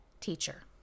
teacher